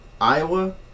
Iowa